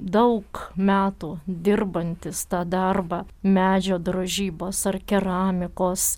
daug metų dirbantis tą darbą medžio drožybos ar keramikos